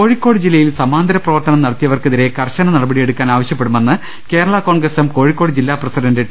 കോഴിക്കോട് ജില്ലയിൽ സമാന്തര പ്രവർത്തനം നടത്തിയവർക്കെ തിരേ കർശനനടപടി എടുക്കാൻ ആവശ്യപ്പെടുമെന്ന് കേരള കോൺഗ്രസ് എം കോഴിക്കോട് ജില്ലാ പ്രസിഡന്റ് ടി